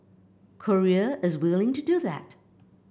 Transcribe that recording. Korea is willing to do that